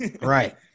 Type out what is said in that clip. Right